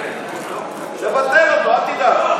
תבטל אותו, אל תדאג.